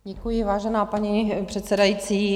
Děkuji, vážená paní předsedající.